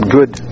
good